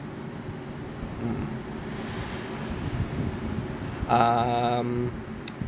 um